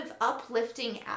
uplifting